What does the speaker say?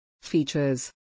Features